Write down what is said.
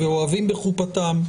ו"אוהבים בחופתם",